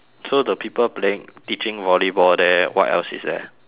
so the people playing teaching volleyball there what else is there